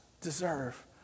deserve